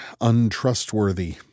untrustworthy